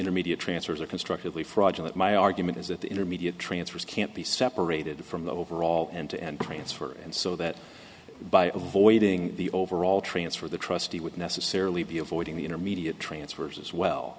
intermediate transfers are constructively fraudulent my argument is that the intermediate transfers can't be separated from the overall end to end transfer and so that by avoiding the overall transfer the trustee would necessarily be avoiding the intermediate transfers as well